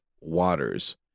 waters